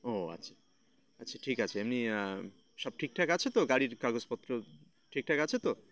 ও আচ্ছা আচ্ছা ঠিক আছে এমনি সব ঠিকঠাক আছে তো গাড়ির কাগজপত্র ঠিকঠাক আছে তো